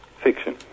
fiction